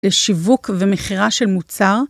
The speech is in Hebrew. לשיווק ומכירה של מוצר.